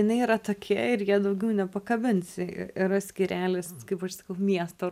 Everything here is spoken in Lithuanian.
jinai yra tokia ir į ją daugiau nepakabinsi ir yra skyrelis kaip aš sakau miesto